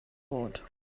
boat